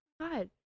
god